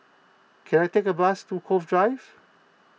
can I take a bus to Cove Drive